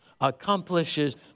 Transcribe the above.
accomplishes